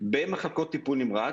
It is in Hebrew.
במחלקות טיפול נמרץ,